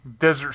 desert